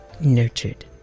nurtured